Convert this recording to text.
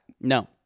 No